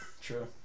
True